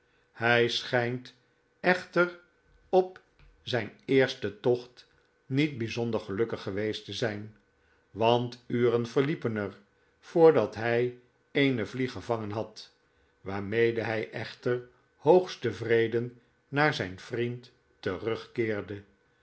hij schijnt echter op zijn eersten tocht niet bijzonder gelukkig geweest te zijn want uren verliepen er voordat hij eene vlieg gevangen had waarmede hij echter hoogst tevreden naar zijn vriend terugkeerde